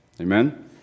Amen